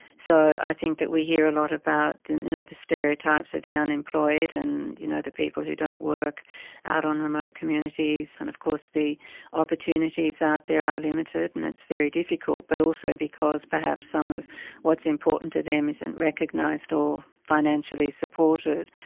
so i think that we hear a lot about the stereotypes of the unemployed and you know the people who don't work out on remote communities, and of course the opportunities out there are limited and it's very difficult, but also because perhaps some of what's important to them isn't recognised or financially supported.